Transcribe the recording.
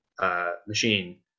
machine